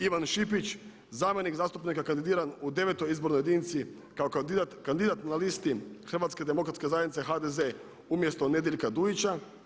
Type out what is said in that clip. Ivan Šipić zamjenik zastupnika kandidiran u devetoj izbornoj jedinici kao kandidat na listi Hrvatske demokratske zajednice HDZ umjesto Nedjeljka Dujića.